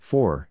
Four